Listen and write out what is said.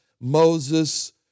Moses